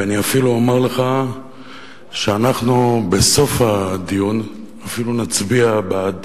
ואני אפילו אומר לך שאנחנו בסוף הדיון אפילו נצביע בעד